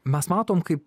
mes matom kaip